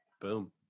Boom